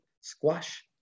squash